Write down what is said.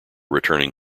returning